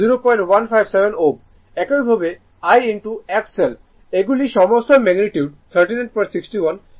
একইভাবে I X L এগুলি সমস্ত ম্যাগনিটিউড 3961 X L হল r L ω